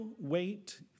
wait